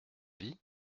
vie